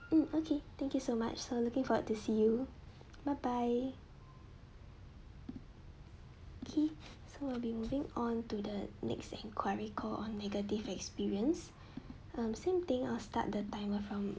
hmm okay thank you so much so looking forward to see you bye bye okay so we'll be moving on to the next inquiry call on negative experience um same thing I'll start the timer from